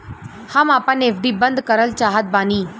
हम आपन एफ.डी बंद करल चाहत बानी